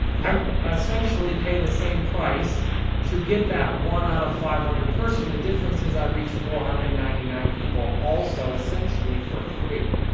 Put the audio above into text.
i essentially pay the same price to get that one out of five hundred person. the difference is, i reach four hundred and ninety nine people also, essentially for free.